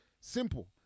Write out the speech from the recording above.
simple